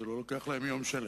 זה לא לוקח להם יום שלם.